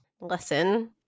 Lesson